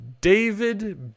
David